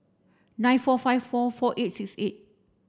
nine four five four four eight six eight